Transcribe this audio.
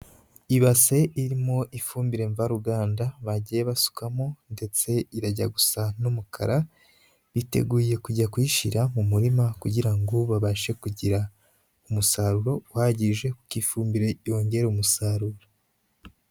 Ibase irimo ifumbire mvaruganda bagiye basukamo ndetse irajya gusa n'umukara, biteguye kujya kuyishyira mu murima kugira ngo babashe kugira umusaruro uhagije kuko ifumbire yongera umusaruro.